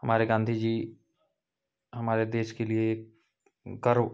हमारे गाँधी जी हमारे देश के लिए एक गर्व